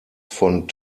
von